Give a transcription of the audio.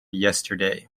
yesterday